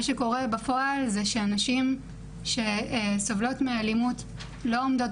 מה שקורה בפועל זה שהנשים שסובלות מאלימות לא עומדות